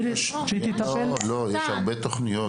לא, יש הרבה תוכניות.